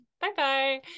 bye-bye